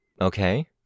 Okay